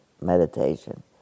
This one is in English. meditation